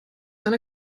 eine